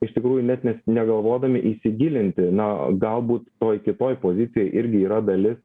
iš tikrųjų net net negalvodami įsigilinti na galbūt toj kitoj pozicijoj irgi yra dalis